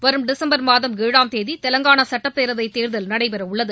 வரும் டிசம்பர் மாதம் ஏழாம் தேதி தெலங்கானா சட்டப் பேரவைத் தேர்தல் நடைபெற உள்ளது